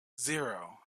zero